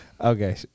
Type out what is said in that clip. Okay